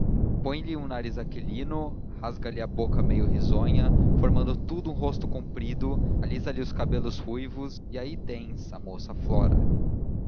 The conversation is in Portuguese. põe lhe o nariz aquilino rasga lhe a boca meio risonha formando tudo um rosto comprido alisa lhe os cabelos ruivos e aí tens a moça flora